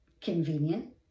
Convenient